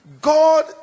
God